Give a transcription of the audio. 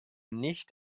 nicht